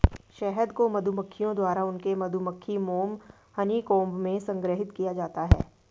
शहद को मधुमक्खियों द्वारा उनके मधुमक्खी मोम हनीकॉम्ब में संग्रहीत किया जाता है